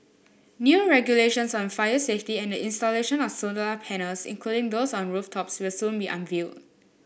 new regulations on fire safety and the installation of solar panels including those on rooftops will soon be unveiled